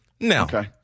Now